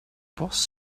boss